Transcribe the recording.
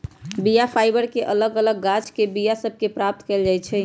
बीया फाइबर के अलग अलग गाछके बीया सभ से प्राप्त कएल जाइ छइ